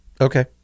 Okay